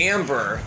Amber